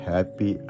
Happy